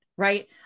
Right